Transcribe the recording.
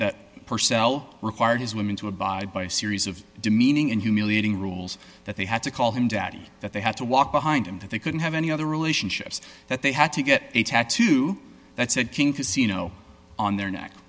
that purcell required his women to abide by a series of demeaning and humiliating rules that they had to call him daddy that they had to walk behind him that they couldn't have any other relationships that they had to get a tattoo that said king casino on their